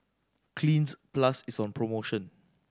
Cleanz Plus is on promotion